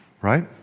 right